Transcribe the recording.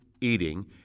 eating